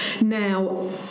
Now